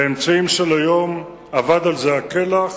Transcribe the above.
באמצעים של היום אבד על זה הכלח,